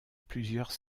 plusieurs